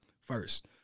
first